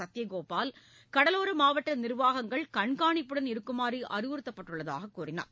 சத்யகோபால் கடலோரமாவட்டநிர்வாகங்கள் கண்ணிப்புடன் இருக்குமாறுஅறிவுறுத்தப்பட்டுள்ளதாககூறினார்